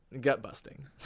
gut-busting